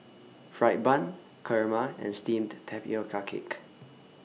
Fried Bun Kurma and Steamed Tapioca Cake